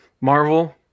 Marvel